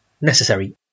necessary